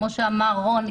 כמו שאמר רון,